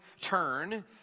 turn